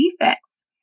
defects